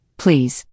please